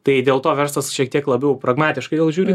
tai dėl to verslas šiek tiek labiau pragmatiškai gal žiūri